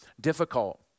difficult